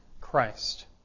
Christ